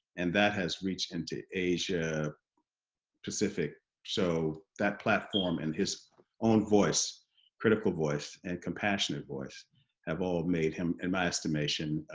and that has reached into asia pacific so that platform and his own critical voice and compassionate voice have all made him in my estimation,